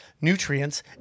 nutrients